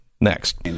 Next